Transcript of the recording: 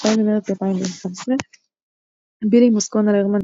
2 במרץ 2011 בילי מוסקונה לרמן,